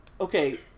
okay